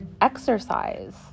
exercise